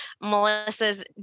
Melissa's